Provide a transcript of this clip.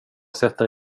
sätta